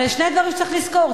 אבל יש שני דברים שצריך לזכור.